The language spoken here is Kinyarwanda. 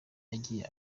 yagiye